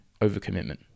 overcommitment